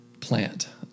plant